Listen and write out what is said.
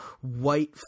white